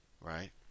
right